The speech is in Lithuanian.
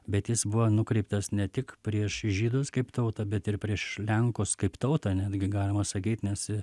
bet jis buvo nukreiptas ne tik prieš žydus kaip tautą bet ir prieš lenkus kaip tautą netgi galima sakyt nes